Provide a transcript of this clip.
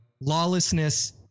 lawlessness